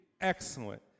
Excellent